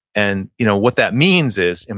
and you know what that means is, and